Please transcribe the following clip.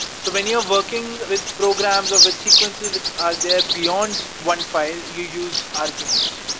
so when you are working with programs or with sequences which are there beyond one file, you use arguments,